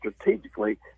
strategically